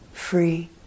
free